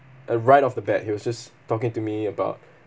uh right off the bat he was just talking to me about